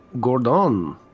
Gordon